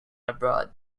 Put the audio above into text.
abroad